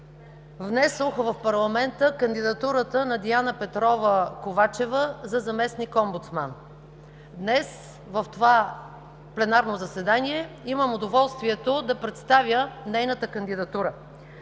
внесох в парламента кандидатурата на Диана Петрова Ковачева за заместник-омбудсман. Днес, в това пленарно заседание, имам удоволствието да представя нейната кандидатура.